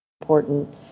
important